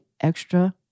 extra